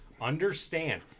understand